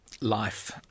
life